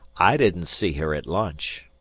i didn't see her at lunch.